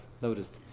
noticed